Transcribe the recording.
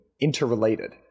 interrelated